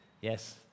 Yes